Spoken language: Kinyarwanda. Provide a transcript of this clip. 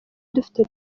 dufite